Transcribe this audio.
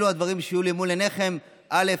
אלה הדברים שיהיו מול עיניכם: א.